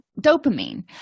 dopamine